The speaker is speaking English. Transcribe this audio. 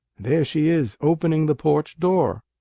there she is, opening the porch door.